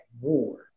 war